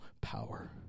power